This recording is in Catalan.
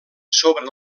sobre